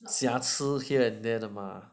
瑕疵 here and there 的吗